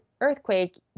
earthquake